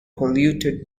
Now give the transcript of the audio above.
polluted